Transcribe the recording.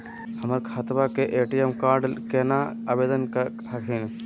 हमर खतवा के ए.टी.एम कार्ड केना आवेदन हखिन?